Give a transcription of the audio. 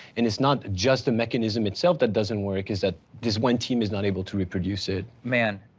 and it's not just a mechanism itself that doesn't work is that this one team is not able to reproduce it. man,